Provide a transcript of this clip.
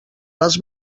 les